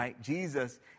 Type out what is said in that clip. Jesus